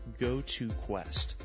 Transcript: GoToQuest